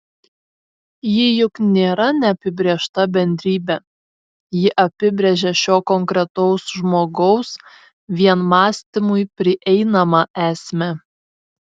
ji juk nėra neapibrėžta bendrybė ji apibrėžia šio konkretaus žmogaus vien mąstymui prieinamą esmę